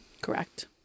Correct